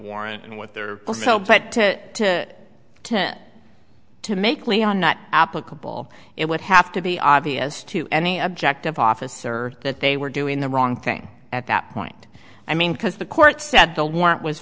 warrant and what they're also but to to to make leon not applicable it would have to be obvious to any objective officer that they were doing the wrong thing at that point i mean because the court said the wa